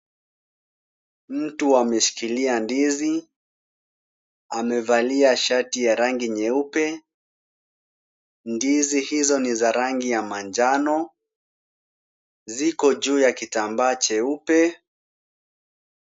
Mtu ameshikilia ndizi amevalia shati ya rangi nyeupe. Ndizi hizo ni za rangi ya manjano ziko juu ya kitambaa cheupe.